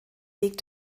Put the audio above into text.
weg